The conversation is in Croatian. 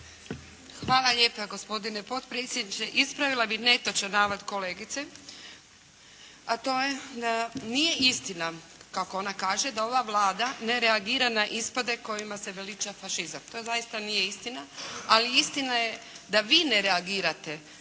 Hvala lijepa gospodine potpredsjedniče, ispravila bih netočan navod kolegice a to je, nije istina kako ona kaže da ova Vlada ne reagira na ispade kojima se veliča fašizam, to zaista nije istina. Ali istina je da vi ne reagirate